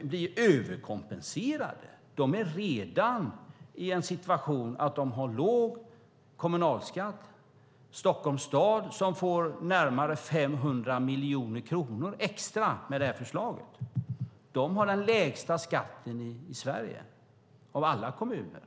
blir överkompenserade. De är redan i en situation att de har låg kommunalskatt. Stockholms stad som får närmare 500 miljoner kronor extra med detta förslag har den lägsta skatten av alla kommuner i Sverige.